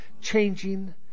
changing